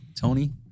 Tony